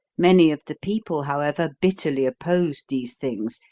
many of the people, however, bitterly opposed these things.